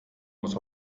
muss